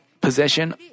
possession